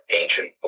ancient